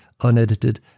unedited